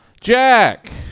Jack